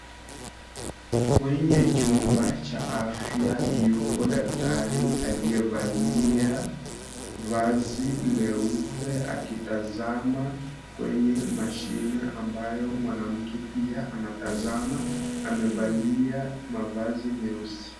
Kwenye chumba cha afya yupo daktari aliyevalia vazi leupe akitazama kwenye mashini ambapo mwanamke pia anatazama, amevalia mavazi meusi.